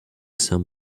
some